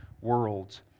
worlds